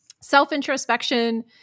Self-introspection